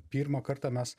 pirmą kartą mes